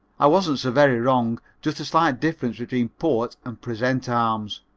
i wasn't so very wrong just the slight difference between port and present arms.